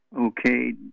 Okay